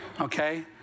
Okay